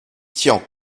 tian